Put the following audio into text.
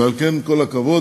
ועל כן, כל הכבוד.